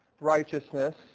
righteousness